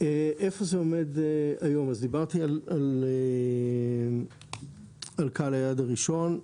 איפה זה עומד היום: אז דיברתי על קהל היעד הראשון.